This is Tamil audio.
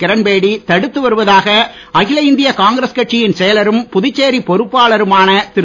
கிரண்பேடி தடுத்து வருவதாக இந்திய காங்கிரஸ் கட்சியின் செயலரும் அகில் புதுச்சேரி பொறுப்பாளருமான திரு